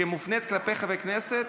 כשמופנית כלפי חבר הכנסת,